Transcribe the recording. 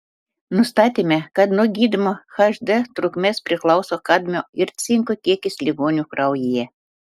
nustatėme kad nuo gydymo hd trukmės priklauso kadmio ir cinko kiekis ligonių kraujyje